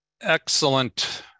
Excellent